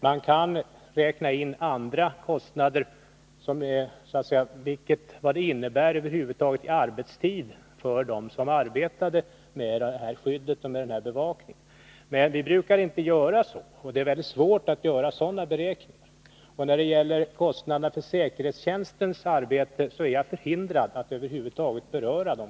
Man kan räkna in andra kostnader — vad det över huvud taget innebär i arbetstid för dem som arbetade med skyddet och med bevakningen — men vi brukar inte göra så, och det är väldigt svårt att göra sådana beräkningar. Och när det gäller kostnaderna för säkerhetstjänstens arbete är jag förhindrad att över huvud taget beröra dem.